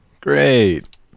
Great